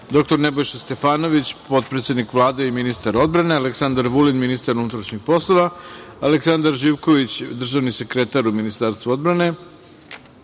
dr Nebojša Stefanović, potpredsednik Vlade i ministar odbrane, Aleksandar Vulin, ministar unutrašnjih poslova, Aleksandar Živković, državni sekretar u Ministarstvu odbrane,